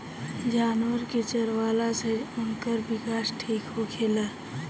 जानवर के चरवला से उनकर विकास ठीक होखेला